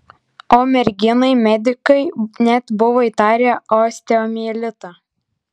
o merginai medikai net buvo įtarę osteomielitą